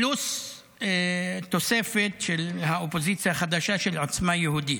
פלוס תוספת של האופוזיציה החדשה, של עוצמה יהודית.